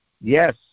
Yes